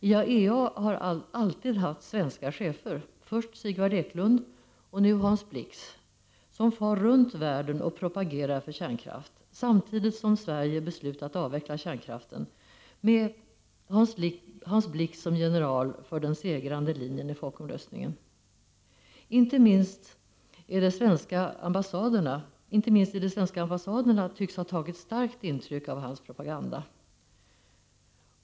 IAEA har alltid haft svenska chefer, först Sigvard Eklund och nu Hans Blix, som far runt världen och propagerar för kärnkraft, samtidigt som Sverige beslutat avveckla kärnkraften, med Hans Blix som general för den segrande linjen i folkomröstningen. Inte minst de svenska ambassaderna tycks ha tagit starkt intryck av hans propaganda.